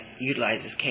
utilizes